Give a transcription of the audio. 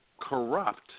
corrupt